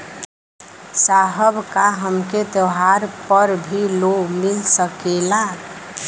साहब का हमके त्योहार पर भी लों मिल सकेला?